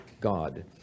God